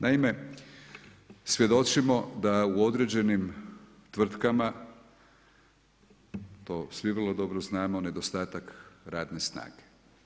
Naime, svjedočimo da je u određenim tvrtkama to svi vrlo dobro znamo, nedostatak radne snage.